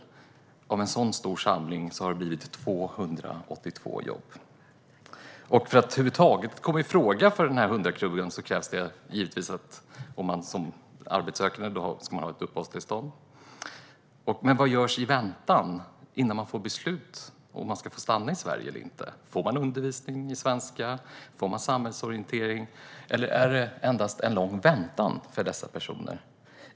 Man kan ju undra om det är rätt använda skattemedel. För att över huvud taget komma i fråga för 100-klubben krävs det att man som arbetssökande har uppehållstillstånd. Men vad görs i väntan på det, innan man får beslut om man får stanna i Sverige eller inte? Får man undervisning i svenska? Får man samhällsorientering? Eller är det endast en lång väntan för dessa personer?